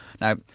Now